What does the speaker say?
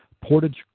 Portage